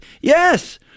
Yes